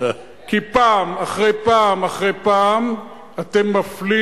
כי פעם אחרי פעם אחרי פעם אתם מפלים